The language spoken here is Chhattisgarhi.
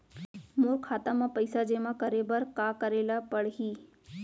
मोर खाता म पइसा जेमा करे बर का करे ल पड़ही?